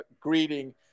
greeting